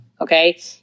Okay